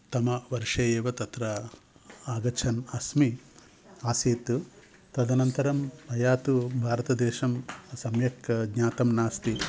तम वर्षे एव तत्र आगच्छन् अस्मि आसीत् तदनन्तरं मया तु भारतदेशं सम्यक् ज्ञातं नास्ति